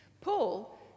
Paul